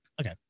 okay